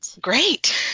Great